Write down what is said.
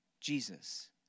Jesus